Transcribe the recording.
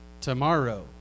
tomorrow